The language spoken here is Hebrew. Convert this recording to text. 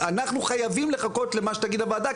אנחנו חייבים לחכות למה שתגיד הוועדה,